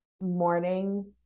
morning